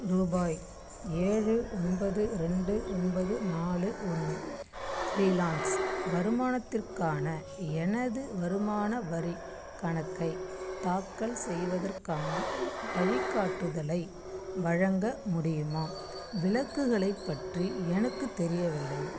ரூபாய் ஏழு ஒன்பது ரெண்டு ஒன்பது நாலு ஒன்று ஃப்ரீலான்ஸ் வருமானத்திற்கான எனது வருமான வரி கணக்கை தாக்கல் செய்வதற்கான வழிகாட்டுதலை வழங்க முடியுமா விலக்குகளைப் பற்றி எனக்குத் தெரியவில்லை